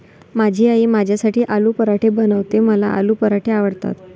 माझी आई माझ्यासाठी आलू पराठे बनवते, मला आलू पराठे आवडतात